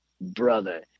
brother